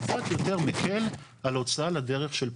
קצת יותר מקל על הוצאה לדרך של פרויקטים.